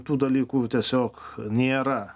tų dalykų tiesiog nėra